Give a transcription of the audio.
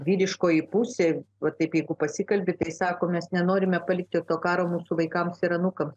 vyriškoji pusė o taip jeigu pasikalbi tai sako mes nenorime palikti to karo mūsų vaikams ir anūkams